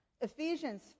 Ephesians